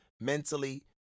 mentally